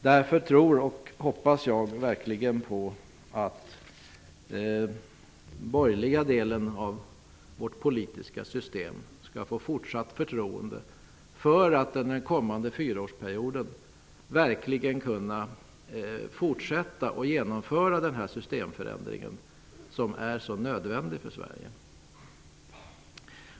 Därför tror och hoppas jag verkligen på att den borgerliga delen av vårt politiska system skall få fortsatt förtroende för att under den kommande fyraårsperioden kunna fortsätta att genomföra den systemförändring som är så nödvändig för Sverige.